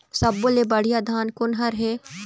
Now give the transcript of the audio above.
सब्बो ले बढ़िया धान कोन हर हे?